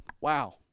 Wow